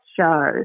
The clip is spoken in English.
show